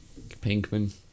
Pinkman